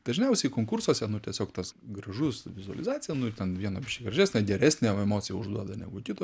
dažniausiai konkursuose nu tiesiog tas gražus vizualizacija ten viena gražesnę geresnę už emociją užduoda negu kito